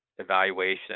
evaluation